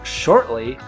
shortly